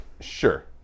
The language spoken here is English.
Sure